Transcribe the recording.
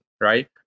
right